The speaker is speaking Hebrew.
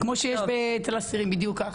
כמו שיש אצל אסירים בדיוק.